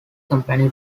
company